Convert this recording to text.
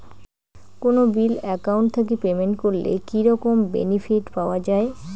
কোনো bill account থাকি payment করলে কি রকম বেনিফিট পাওয়া য়ায়?